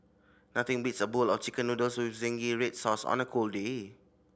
nothing beats a bowl of Chicken Noodles with zingy red sauce on a cold day